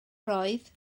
roedd